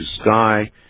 Sky